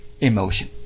emotion